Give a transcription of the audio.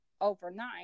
overnight